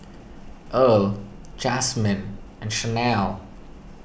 Earl Jasmyne and Chanelle